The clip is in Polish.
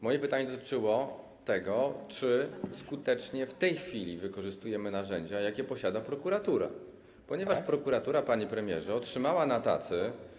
Moje pytanie dotyczyło tego, czy skutecznie w tej chwili wykorzystujemy narzędzia, jakie posiada prokuratura, ponieważ prokuratura, panie premierze, otrzymała na tacy.